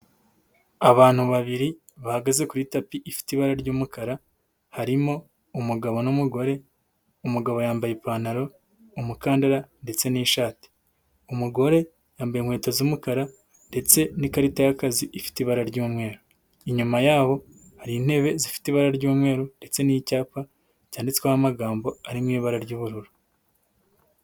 Abantu babiri bahagaze kuri tapi ifite ibara ry'umukara, harimo umugabo n'umugore, umugabo yambaye ipantaro, umukandara ndetse n'ishati, umugore yambaye inkweto z'umukara ndetse n'ikarita y'akazi ifite ibara ry'umweru, inyuma yabo hari intebe zifite ibara ry'umweru ndetse n'icyapa cyanditsweho amagambo ari mu ibara ry'ubururu.